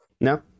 No